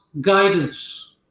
guidance